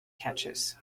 catches